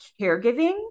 caregiving